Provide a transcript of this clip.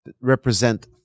represent